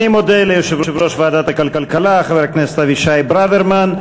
אני מודה ליושב-ראש ועדת הכלכלה חבר הכנסת אבישי ברוורמן.